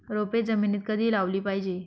रोपे जमिनीत कधी लावली पाहिजे?